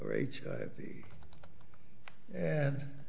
rage and